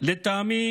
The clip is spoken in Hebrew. לטעמי,